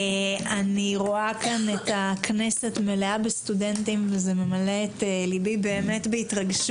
אני רואה כאן את הכנסת מלאה בסטודנטים וזה ממלא את ליבי בהתרגשות,